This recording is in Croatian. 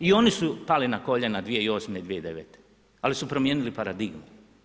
I oni su pali na koljena 2008. i 2009. ali su promijenili paradigmu.